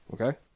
Okay